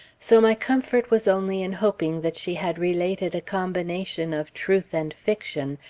so my comfort was only in hoping that she had related a combination of truth and fiction,